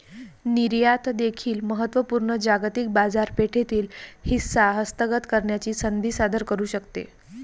निर्यात देखील महत्त्व पूर्ण जागतिक बाजारपेठेतील हिस्सा हस्तगत करण्याची संधी सादर करू शकते